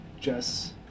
Jess